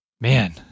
man